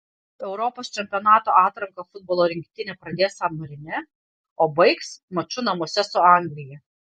europos čempionato atranką futbolo rinktinė pradės san marine o baigs maču namuose su anglija